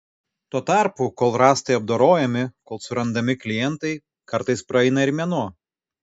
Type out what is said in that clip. tuo tarpu kol rąstai apdorojami kol surandami klientai kartais praeina ir mėnuo